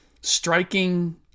striking